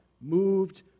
moved